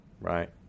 Right